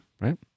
right